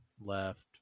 left